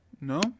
no